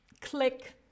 click